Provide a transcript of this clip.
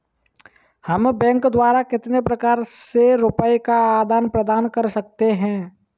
हम बैंक द्वारा कितने प्रकार से रुपये का आदान प्रदान कर सकते हैं?